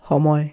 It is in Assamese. সময়